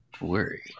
Worry